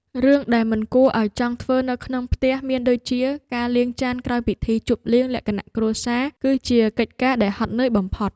រឿងដែលមិនគួរឲ្យចង់ធ្វើនៅក្នុងផ្ទះមានដូចជា ការលាងចានក្រោយពិធីជប់លៀងលក្ខណៈគ្រួសារ គឺជាកិច្ចការដែលហត់នឿយបំផុត។